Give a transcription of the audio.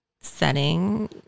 setting